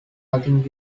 nothing